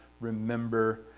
remember